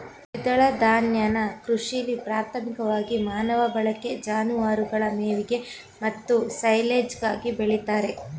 ದ್ವಿದಳ ಧಾನ್ಯನ ಕೃಷಿಲಿ ಪ್ರಾಥಮಿಕವಾಗಿ ಮಾನವ ಬಳಕೆ ಜಾನುವಾರುಗಳ ಮೇವಿಗೆ ಮತ್ತು ಸೈಲೆಜ್ಗಾಗಿ ಬೆಳಿತಾರೆ